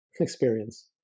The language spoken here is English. experience